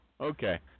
Okay